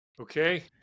Okay